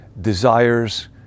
desires